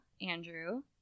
Andrew